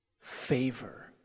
favor